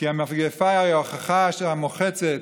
כי המגפה היא ההוכחה המוחצת